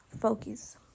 focus